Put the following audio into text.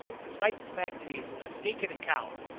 despite the fact that he is a sneak and coward,